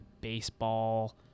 baseball